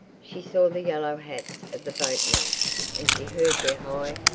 she saw the yellow hats of the boatmen and she heard their high,